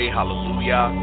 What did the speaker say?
hallelujah